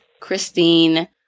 Christine